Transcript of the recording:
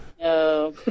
No